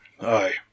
Aye